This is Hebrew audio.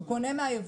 הוא קונה מהיבואן.